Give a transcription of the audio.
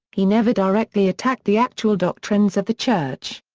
he never directly attacked the actual doctrines of the church.